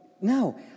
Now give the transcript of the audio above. no